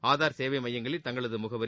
ஆதார் சேவை மையங்களில் தங்களது முகவரி